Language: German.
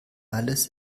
alles